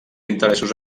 interessos